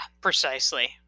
precisely